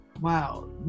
wow